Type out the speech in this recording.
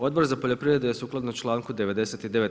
Odbor za poljoprivredu je sukladno članku 99.